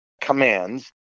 commands